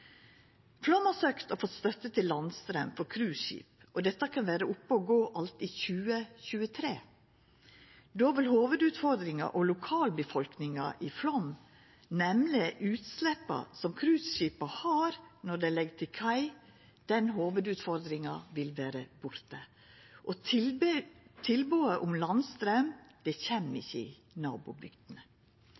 Flåm har søkt og fått støtte til landstraum for cruiseskip, og dette kan vera oppe og gå alt i 2023. Då vil hovudutfordringa for lokalbefolkninga i Flåm, nemleg utsleppa som cruiseskipa har når dei legg til kai, vera borte. Tilbodet om landstraum kjem ikkje i nabobygdene.